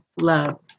love